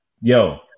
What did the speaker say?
yo